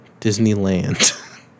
Disneyland